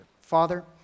Father